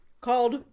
called